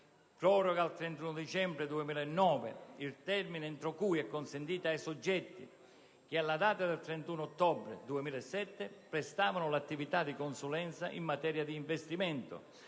proroga al 31 dicembre 2009 il termine entro cui è consentito ai soggetti che, alla data del 31 ottobre 2007 prestavano l'attività di consulenza in materia di investimenti,